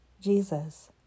Jesus